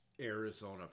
Arizona